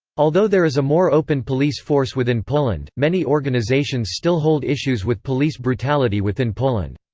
although there is a more open police force within poland, many organizations still hold issues with police brutality within poland.